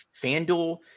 fanduel